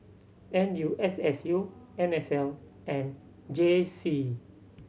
N U S S U N S L and J C